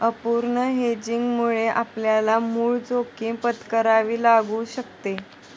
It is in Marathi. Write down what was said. अपूर्ण हेजिंगमुळे आपल्याला मूळ जोखीम पत्करावी लागू शकते